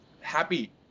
happy